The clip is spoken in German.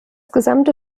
gesamte